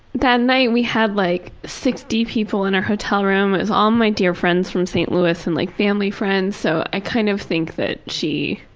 that night we had like sixty people in our hotel room, it was all my dear friends from st. louis and like family friends, so i kind of think that she